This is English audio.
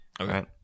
Okay